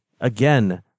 again